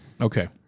Okay